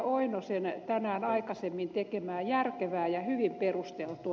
oinosen tänään aikaisemmin tekemää järkevää ja hyvin perusteltu